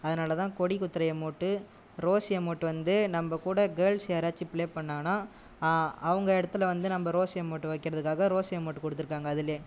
அதனால்தான் கொடி குத்துகிற எமோட் ரோஸ் எமோட் வந்து நம்ம கூட கேர்ள்ஸ் யாராச்சும் ப்ளே பண்ணாங்கானால் அவங்க இடத்துல வந்து நம்ம ரோஸ் எமோட் வைக்கிறதுக்காக ரோஸ் எமோட் கொடுத்திருக்காங்க அதில்